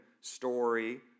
story